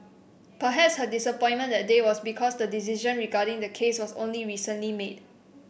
perhaps her disappointment that day was because the decision regarding the case was only recently made